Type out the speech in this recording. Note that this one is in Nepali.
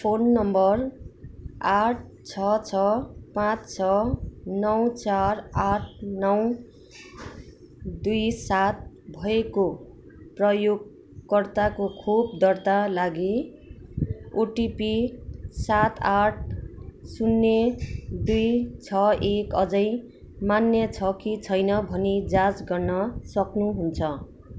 फोन नम्बर आठ छ छ पाँच छ नौ चार आठ नौ दुई सात भएको प्रयोगकर्ताको खोप दर्ता लागि ओटिपी सात आठ शून्य दुई छ एक अझै मान्य छ कि छैन भनि जाँच गर्न सक्नुहुन्छ